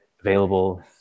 available